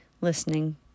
listening